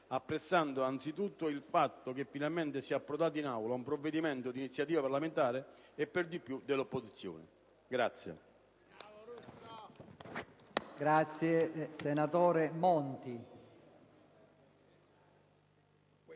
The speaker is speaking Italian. apprezzando anzitutto il fatto che finalmente sia approdato in Aula un provvedimento di iniziativa parlamentare e, per di più, dell'opposizione.